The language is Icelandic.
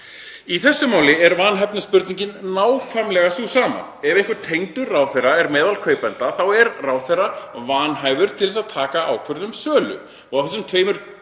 Í þessu máli er vanhæfnispurningin nákvæmlega sú sama. Ef einhver tengdur ráðherra er meðal kaupenda þá er ráðherra vanhæfur til að taka ákvörðun um sölu. Á þessum tæpum